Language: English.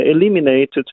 eliminated